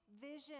vision